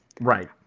Right